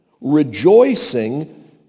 rejoicing